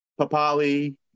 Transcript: Papali